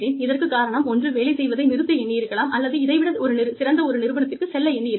இதற்கு காரணம் ஒன்று வேலை செய்வதை நிறுத்த எண்ணியிருக்கலாம் அல்லது இதை விடச் சிறந்த ஒரு நிறுவனத்திற்குச் செல்ல எண்ணியிருக்கலாம்